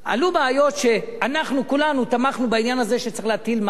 עלו בעיות שאנחנו כולנו תמכנו בעניין הזה שצריך להטיל מס יסף,